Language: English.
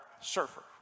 surfer